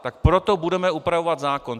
Tak proto budeme upravovat zákon.